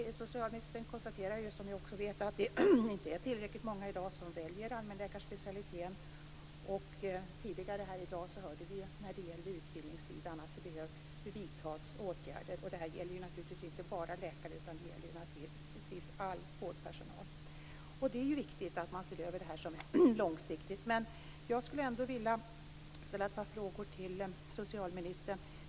Socialministern konstaterar att det inte är tillräckligt många som väljer allmänläkarspecialiteten. Tidigare här hörde vi att det när det gäller utbildningssidan behöver vidtas åtgärder. Det gäller inte bara läkare utan det handlar om all vårdpersonal. Det är viktigt att man ser över detta långsiktigt. Men jag skulle ändå vilja ställa ett par frågor till socialministern.